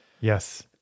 Yes